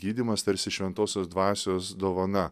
gydymas tarsi šventosios dvasios dovana